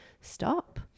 stop